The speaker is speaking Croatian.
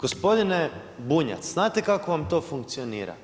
Gospodine Bunjac, znate kako vam to funkcionira?